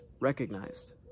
recognized